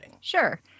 Sure